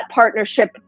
partnership